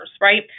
right